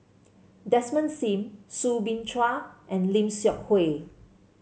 Desmond Sim Soo Bin Chua and Lim Seok Hui